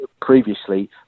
previously